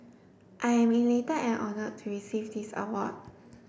I am elated and honoured to receive this award